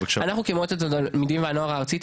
אנחנו כמועצת התלמידים והנוער הארצית,